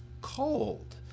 cold